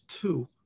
two